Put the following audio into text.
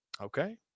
Okay